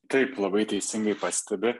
taip labai teisingai pastebi